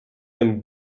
тим